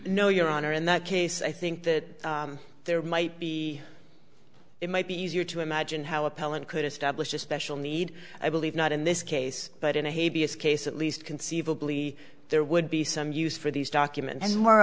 no your honor in that case i think that there might be it might be easier to imagine how appellant could establish a special need i believe not in this case but in a b s case at least conceivably there would be some use for these documents as more